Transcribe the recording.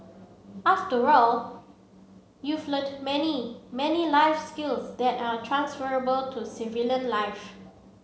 after all you've learnt many many life skills that are transferable to civilian life